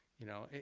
you know,